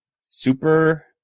super